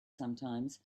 sometimes